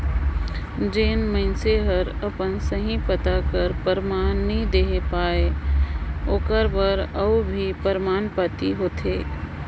जेन मइनसे हर अपन सही पता कर परमान नी देहे पाए ओकर बर अउ भी परमान पाती होथे